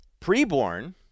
Preborn